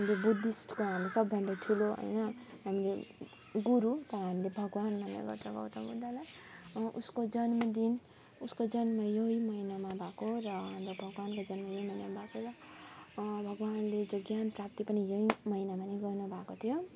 यो बुद्धिस्टको हाम्रो सबभन्दा ठुलो होइन हाम्रो गुरु त हामीले भगवान् मान्ने गर्छ गौतम बुद्धलाई उसको जन्मदिन उसको जन्म यही महिनामा भएको र हाम्रो भगवान्को जन्म यही महिनामा भएको र भगवान्ले जो ज्ञान प्राप्ति पनि यही महिनामा नै गर्नु भएको थियो